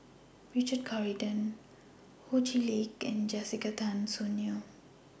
Richard Corridon Ho Chee Lick and Jessica Tan Soon Neo